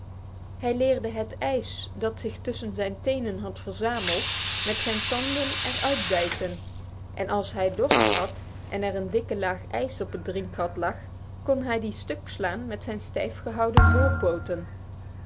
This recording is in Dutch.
hij leerde het ijs dat zich tussen zijn tenen had verzameld met zijn tanden er uit bijten en als hij dorst had en er een dikke laag ijs op het drinkgat lag kon hij die stukslaan met zijn